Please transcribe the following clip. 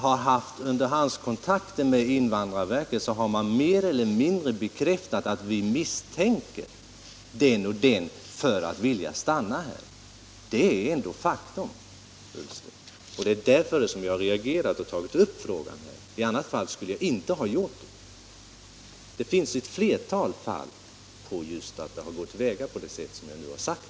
Vid underhandskontakter med invandrarverket har man mer eller mindre bekräftat att man misstänker vederbörande för att vilja stanna här. Det är ändå fakta, herr Ullsten, och det är med anledning av dem som jag har reagerat och tagit upp denna fråga. I annat fall skulle jag inte ha gjort det. Det finns ett flertal fall där man gått till väga just på det sätt som jag nu har nämnt.